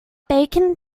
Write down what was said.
bacon